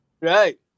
right